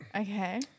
Okay